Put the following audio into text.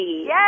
yes